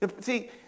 See